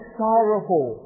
sorrowful